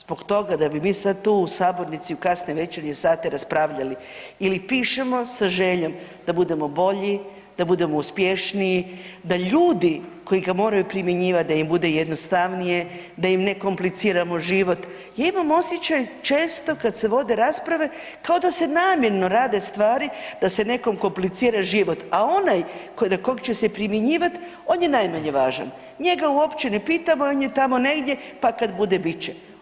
Zbog toga da bi mi sad tu u sabornici u kasne večernje sate raspravljali ili pišemo sa željom da budemo bolji, da budemo uspješniji, da ljudi koji ga moraju primjenjivati, da im bude jednostavnije, da im ne kompliciramo život, ja imam osjećaj, često, kad se vode rasprave, kao da se namjerno rade stvari da se nekom komplicira život, a onaj na kog će se primjenjivati, on je najmanje važan, njega uopće ne pitamo, on je tamo negdje pa kad bude, bit će.